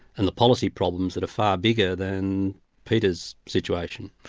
and the policy problems that are far bigger than peter's situation.